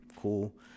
Cool